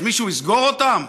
אז מישהו יסגור אותם?